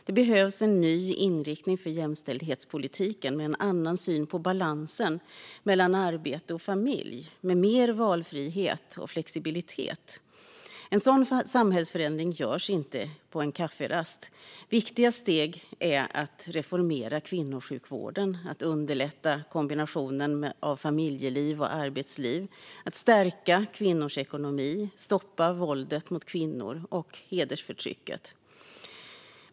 Det behövs en ny inriktning för jämställdhetspolitiken med en annan syn på balansen mellan arbete och familj och med mer valfrihet och flexibilitet. En sådan samhällsförändring görs inte på en kafferast. Viktiga steg är att reformera kvinnosjukvården, att underlätta kombinationen av familjeliv och arbetsliv, att stärka kvinnors ekonomi och att stoppa våldet mot kvinnor och hedersförtrycket.